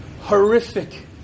horrific